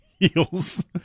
Heels